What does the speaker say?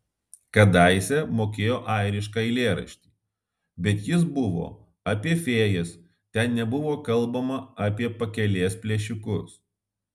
kadaise mokėjo airišką eilėraštį bet jis buvo apie fėjas ten nebuvo kalbama apie pakelės plėšikus